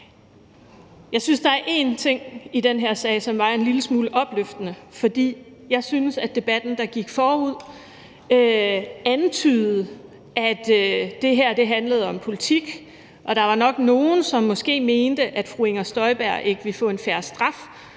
Jeg synes, der er en ting i den her sag, som var en lille smule opløftende, for jeg synes, at debatten, der gik forud, antydede, at det her handlede om politik. Der var nok nogle, som mente, at fru Inger Støjberg ikke ville få en fair straf,